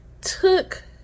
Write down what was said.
took